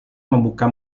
membuka